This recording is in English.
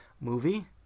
movie